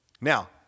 Now